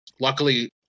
luckily